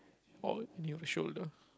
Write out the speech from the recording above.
or near the shoulder